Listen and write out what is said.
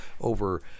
over